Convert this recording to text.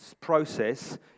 process